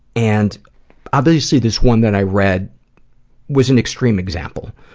and obviously this one that i read was an extreme example